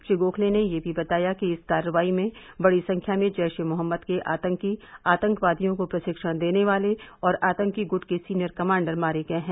श्री गोखते ने यह भी बताया कि इस कार्रवाई में बड़ी संख्या में जैश ए मोहम्मद के आतंकी आतंकवादियों को प्रशिक्षण देने वाले और आतंकी गूट के सीनियर कमांडर मारे गए हैं